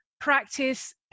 practice